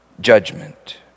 judgment